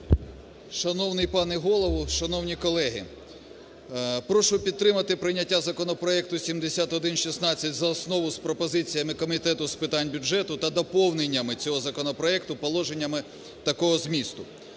Шановний пане Голово, шановні колеги! Прошу підтримати прийняття законопроекту 7116 за основу з пропозиціями Комітету з питань бюджету та доповненнями цього законопроекту положеннями такого змісту: